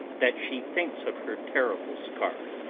that she thinks of her terrible scar.